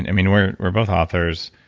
i mean, we're we're both authors.